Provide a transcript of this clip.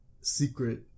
secret